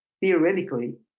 theoretically